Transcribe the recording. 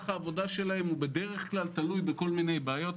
העבודה שלהם תלוי בדרך כלל בכל מיני בעיות.